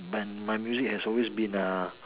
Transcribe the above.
my my music has always been a